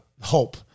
hope